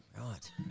Right